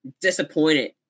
disappointed